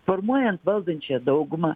formuojant valdančiąją daugumą